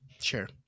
Sure